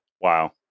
Wow